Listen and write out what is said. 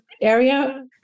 area